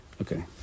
Okay